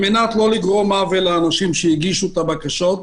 על מנת לא לגרות עוול לאנשים שהגישו את הבקשות,